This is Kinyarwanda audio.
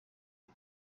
nti